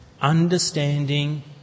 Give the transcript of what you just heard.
Understanding